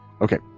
Okay